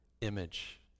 image